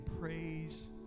praise